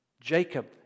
Jacob